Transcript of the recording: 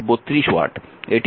এটি সরবরাহ করা শক্তি